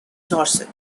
dorset